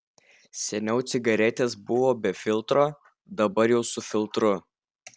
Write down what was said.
seniau cigaretės buvo be filtro dabar jau su filtru